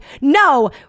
no